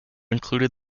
included